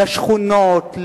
לשכונות,